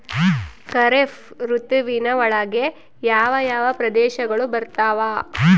ಖಾರೇಫ್ ಋತುವಿನ ಒಳಗೆ ಯಾವ ಯಾವ ಪ್ರದೇಶಗಳು ಬರ್ತಾವ?